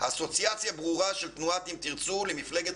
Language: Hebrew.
אסוציאציה ברורה של תנועת "אם תרצו" לממשלת